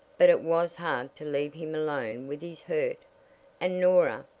but it was hard to leave him alone with his hurt and norah.